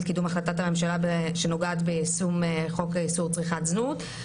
קידום החלטת הממשלה שנוגעת ביישום חוק איסור צריכת זנות.